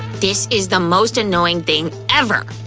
this is the most annoying thing ever!